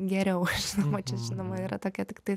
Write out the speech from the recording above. geriau aš nu vat čia žinoma yra tokia tiktais